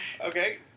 Okay